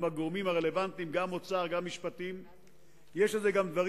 אתה גם רואה את זה פעם